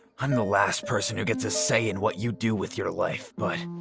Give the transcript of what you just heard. i'm the last person who gets a say in what you do with your life, but.